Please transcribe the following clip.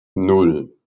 nan